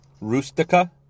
Rustica